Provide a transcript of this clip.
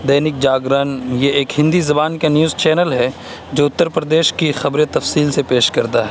دینک جاگرن یہ ایک ہندی زبان کا نیوز چینل ہے جو اتر پردیش کی خبریں تفصیل سے پیش کرتا ہے